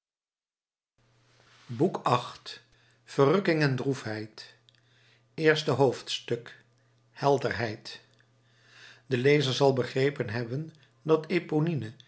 boek viii verrukking en droefheid eerste hoofdstuk helderheid de lezer zal begrepen hebben dat